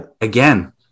again